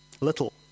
little